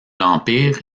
l’empire